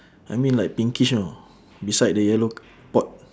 I mean like pinkish you know beside the yellow pot